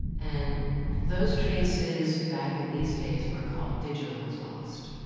and those traces, back in these days, were called digital exhaust.